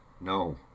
No